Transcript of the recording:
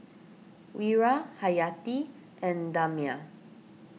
Wira Hayati and Damia